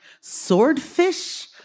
swordfish